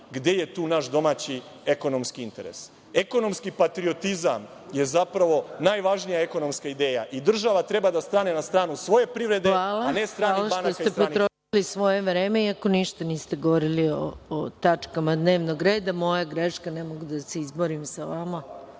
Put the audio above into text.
gde je tu naš domaći ekonomski interes. Ekonomski patriotizam je zapravo najvažnija ekonomska ideja i država treba da stane na stranu svoje privrede, a ne stranih banaka i stranih firmi. **Maja Gojković** Hvala što ste potrošili svoje vreme, iako ništa niste govorili o tačkama dnevnog reda. Moja je greška, ne mogu da se izborim sa vama